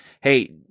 hey